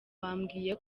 wambwiye